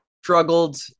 struggled